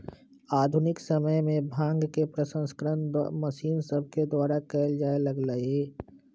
आधुनिक समय में भांग के प्रसंस्करण मशीन सभके द्वारा कएल जाय लगलइ